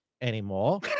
anymore